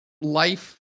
life